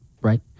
right